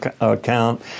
account